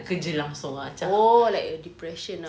oh like a depression ah